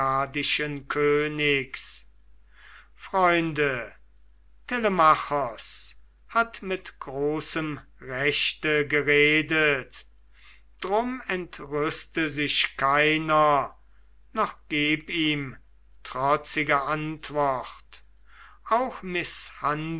königs freunde telemachos hat mit großem rechte geredet drum entrüste sich keiner noch geb ihm trotzige antwort auch